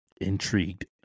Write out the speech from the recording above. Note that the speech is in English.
intrigued